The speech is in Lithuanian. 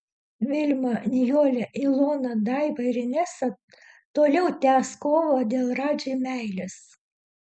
vilma nijolė ilona daiva ir inesa toliau tęs kovą dėl radži meilės